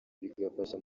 bigafasha